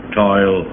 toil